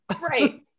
right